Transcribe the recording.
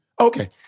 Okay